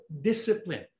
discipline